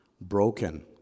broken